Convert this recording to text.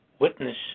witness